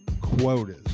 quotas